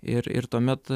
ir ir tuomet